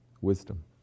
Wisdom